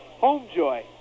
Homejoy